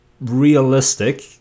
realistic